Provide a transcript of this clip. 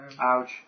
Ouch